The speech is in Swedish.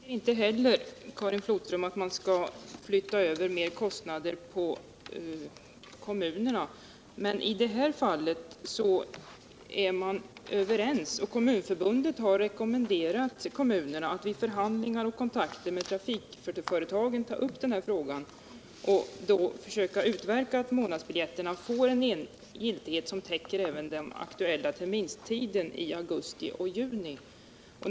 Herr talman! Jag tycker inte heller, Karin Flodström, att man skall flytta över mer kostnader på kommunerna. Men i det här fallet är man överens, och Kommunförbundet har rekommenderat kommunerna att vid förhandlingar och kontakter med trafikföretagen ta upp den här frågan och då försöka utverka att månadsbiljetterna får giltighet även under den aktuella terminstiden i augusti och juni.